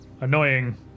annoying